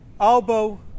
Albo